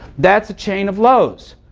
that's a chain of lows.